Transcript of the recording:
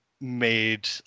made